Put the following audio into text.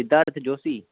Siddharth Joshi